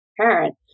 parent